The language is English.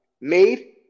made